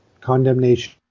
condemnation